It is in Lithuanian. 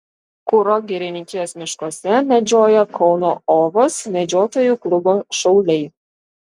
kuro girininkijos miškuose medžioja kauno ovos medžiotojų klubo šauliai